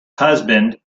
husband